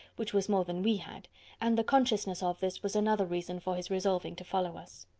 which was more than we had and the consciousness of this was another reason for his resolving to follow us.